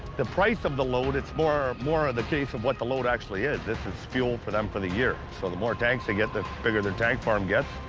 the price of the load. it's more more of the case of what the load actually is. this is fuel for them for the year, so the more tanks they get, the bigger their tank farm gets,